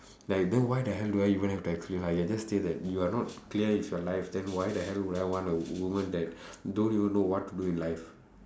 like then why the hell do I even have to explain !aiya! just say that you are not clear with your life then why the hell would I want a woman that don't even know what to do in life